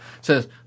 says